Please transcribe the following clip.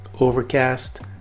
Overcast